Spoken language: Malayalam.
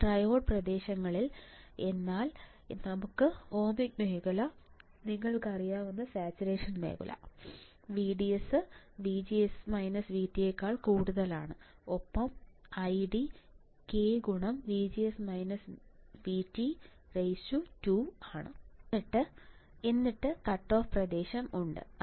ഇപ്പോൾ ട്രയോഡ് പ്രദേശങ്ങളിൽ എന്നാൽ നമ്മുടെ ഓമിക് മേഖല നിങ്ങൾക്കറിയാവുന്ന സാച്ചുറേഷൻ മേഖല VDS VGS VT ഒപ്പം ID k2 എന്നിട്ട് കട്ടോഫ് പ്രദേശം ഉണ്ട്